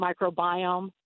microbiome